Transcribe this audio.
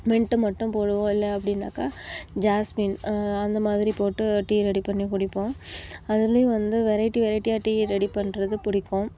mint மட்டும் போடுவோம் இல்லை அப்படின்னாக்கா ஜாஸ்மின் அந்த மாதிரி போட்டு டீ ரெடி பண்ணி குடிப்போம் அதுலேயும் வந்து வெரைட்டி வெரைட்டியாக டீ ரெடி பண்ணுறது பிடிக்கும்